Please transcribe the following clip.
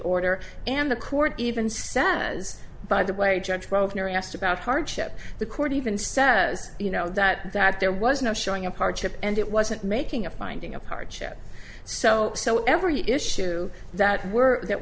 order and the court even sat as by the way judge grosvenor asked about hardship the court even says you know that that there was no showing of hardship and it wasn't making a finding of hardship so so every issue that we're that